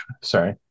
sorry